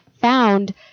found